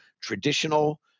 traditional